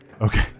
Okay